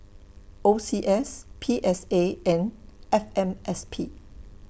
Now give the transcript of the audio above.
O C S P S A and F M S P